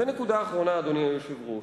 ונקודה אחרונה, אדוני היושב-ראש.